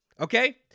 Okay